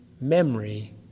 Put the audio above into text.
memory